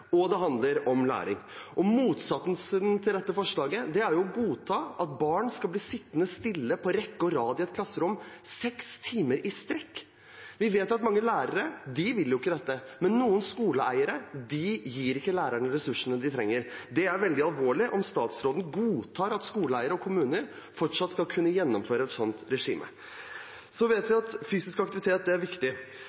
seg. Det handler om helse, og det handler om læring. Motsatsen til dette forslaget er å godta at barn skal bli sittende stille på rekke og rad i et klasserom, seks timer i strekk. Vi vet at mange lærere ikke vil dette, men noen skoleeiere gir ikke lærerne ressursene de trenger. Det er veldig alvorlig om statsråden godtar at skoleeiere og kommuner fortsatt skal kunne gjennomføre et slikt regime. Så vet